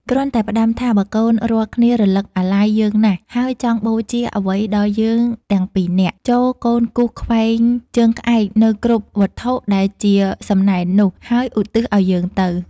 គ្រាន់តែផ្តាំថា “បើកូនរាល់គ្នា រលឹកអាល័យ យើងណាស់ ហើយចង់បូជាអ្វីដល់យើងទាំងពីរនាក់ ចូរកូនគូសខ្វែងជើងក្អែកនៅគ្រប់វត្ថុដែលជាសំណែននោះ ហើយឧទ្ទិសឲ្យយើងទៅ។